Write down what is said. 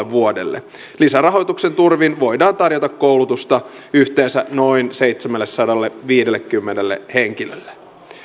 vuodelle lisärahoituksen turvin voidaan tarjota koulutusta yhteensä noin seitsemällesadalleviidellekymmenelle henkilölle